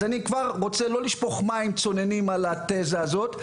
אז אני לא רוצה לשפוך מים צוננים על התזה הזאת,